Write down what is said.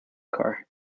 car